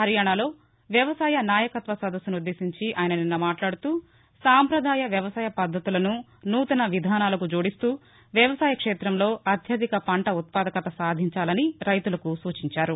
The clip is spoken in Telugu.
హరియాణాలో వ్యవసాయ నాయకత్వ సదస్సును ఉద్దేశించి ఆయన నిన్న మాట్లాడుతూ సాంపదాయ వ్యవసాయ పద్దతులను నూతన విధానాలకు జోడిస్తూ వ్యవసాయ క్షేతంలో అత్యధిక పంట ఉత్పాదకత సాధించాలని రైతులకు సూచించారు